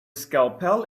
scalpel